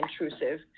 intrusive